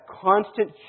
constant